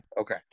okay